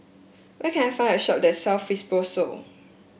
where can I find a shop that sells Fibrosol